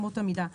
אמות המידה).